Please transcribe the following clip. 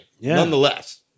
nonetheless